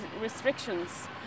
restrictions